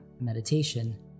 meditation